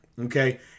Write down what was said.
Okay